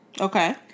Okay